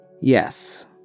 Yes